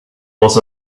was